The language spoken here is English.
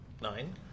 Nine